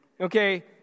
Okay